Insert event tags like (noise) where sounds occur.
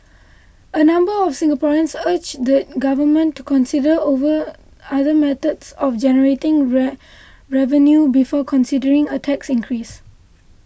a number of Singaporeans urged the government to consider over other methods of generating (hesitation) revenue before considering a tax increase